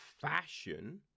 fashion